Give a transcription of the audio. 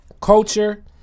culture